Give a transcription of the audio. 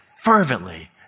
fervently